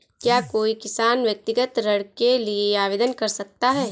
क्या कोई किसान व्यक्तिगत ऋण के लिए आवेदन कर सकता है?